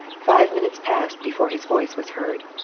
five minutes passed before his voice was heard.